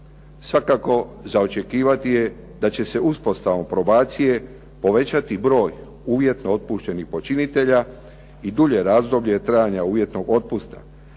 Svakako za očekivati je da će se uspostavom probacije povećati broj uvjetno otpuštenih počinitelja i dulje razdoblje trajanja uvjetnog otpusta,